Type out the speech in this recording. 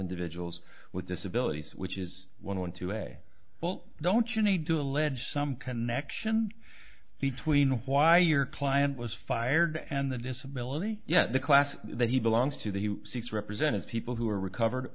individuals with disabilities which is one two way well don't you need to allege some connection between why your client was fired and the disability yet the class that he belongs to the six represented people who are recovered